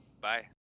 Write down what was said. Bye